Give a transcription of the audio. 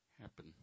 happen